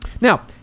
Now